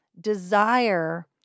desire